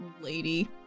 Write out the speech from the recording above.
lady